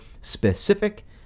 Specific